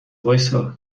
وایستا